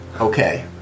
Okay